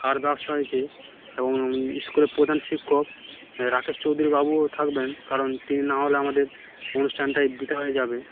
খাওয়ার ব্যবস্থা হয়েছে এবং স্কুলের প্রধান শিক্ষক রাকেশ চৌধুরী বাবুও থাকবেন কারণ তিনি না হলে আমাদের অনুষ্ঠানটাই বৃথা হয়ে যাবে